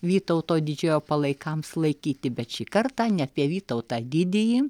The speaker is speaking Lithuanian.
vytauto didžiojo palaikams laikyti bet šį kartą ne apie vytautą didįjį